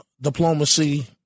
diplomacy